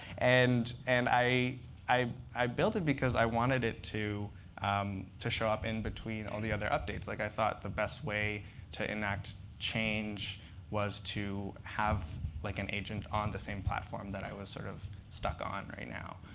and and i i built it because i wanted it to um to show up in between all the other updates. like i thought the best way to enact change was to have like an agent on the same platform that i was sort of stuck on right now.